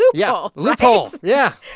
yeah yeah, loophole, yeah.